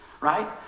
Right